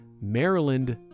Maryland